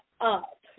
up